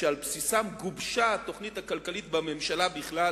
שעל בסיסם גובשה התוכנית הכלכלית בממשלה בכלל